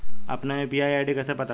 अपना UPI ID कैसे पता करें?